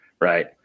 right